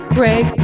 Craig